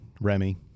Remy